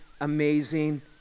amazing